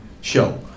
show